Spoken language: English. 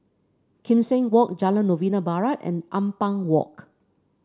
Kim Seng Walk Jalan Novena Barat and Ampang Walk